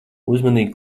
uzmanīgi